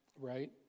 right